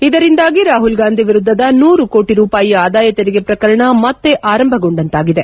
ಇದರಿಂದಾಗಿ ರಾಹುಲ್ ಗಾಂಧಿ ವಿರುದ್ದದ ನೂರು ಕೋಟಿ ರೂಪಾಯಿ ಆದಾಯ ತೆರಿಗೆ ಪ್ರಕರಣ ಮತ್ತೆ ಆರಂಭಗೊಂಡಂತಾಗಿದೆ